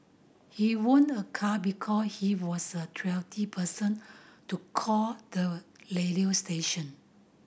he won a car because he was a twenty person to call the radio station